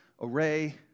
array